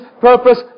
purpose